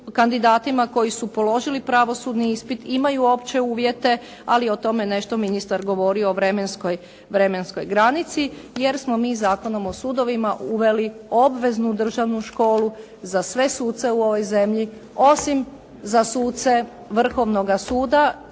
kandidatima koji su položili pravosudni ispit, imaju opće uvjete ali o tome je nešto ministar govorio o vremenskoj granici jer smo mi Zakonom o sudovima uveli obveznu državnu školu za sve suce u ovoj zemlji osim za suce Vrhovnoga suda